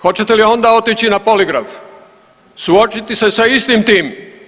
Hoćete li onda otići na poligraf, suočiti se sa istim tim?